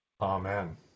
Amen